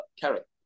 carrot